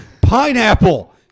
Pineapple